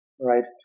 right